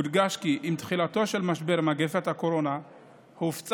יודגש כי עם תחילתו של משבר מגפת הקורונה הופצה